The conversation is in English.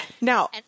Now